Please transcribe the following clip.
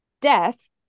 death